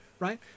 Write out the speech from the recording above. right